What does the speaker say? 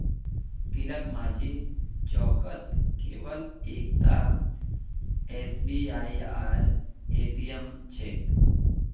तिलकमाझी चौकत केवल एकता एसबीआईर ए.टी.एम छेक